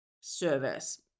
service